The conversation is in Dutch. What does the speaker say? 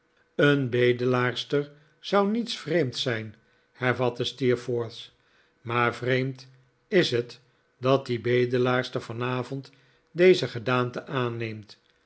een bedelaarster zou niets vreemds zijn hervatte steerforth maar vreemd is het dat die bedelaarster vanavond deze gedaante aanneemt